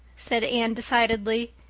said anne decidedly,